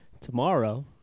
tomorrow